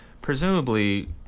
Presumably